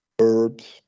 herbs